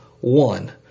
one